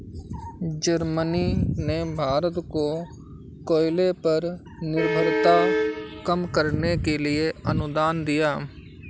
Germany ने भारत को कोयले पर निर्भरता कम करने के लिए अनुदान दिया